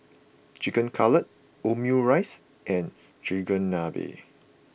Chicken Cutlet Omurice and Chigenabe